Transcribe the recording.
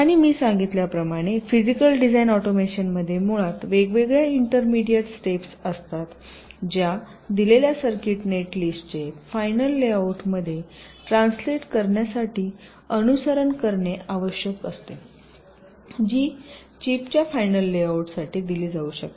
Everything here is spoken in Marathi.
आणि मी सांगितल्याप्रमाणे फिजिकल डिझाइन ऑटोमेशनमध्ये मुळात वेगवेगळ्या इंटरमीडिएट स्टेप्स असतात ज्या दिलेल्या सर्किट नेट लिस्टचे फायनल लेआउटमध्ये ट्रान्सलेट करण्यासाठी अनुसरण करणे आवश्यक असते जी चिपच्या फायनल लेआउटसाठी दिली जाऊ शकते